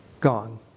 gone